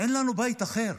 שאין לנו בית אחר.